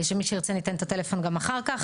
שמי שירצה ניתן את הטלפון גם אחר כך,